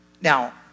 Now